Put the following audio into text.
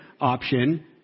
option